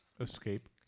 Escape